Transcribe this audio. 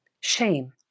Shame